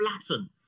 flatten